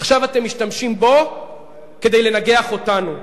עכשיו אתם משתמשים בו כדי לנגח אותנו.